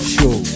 Show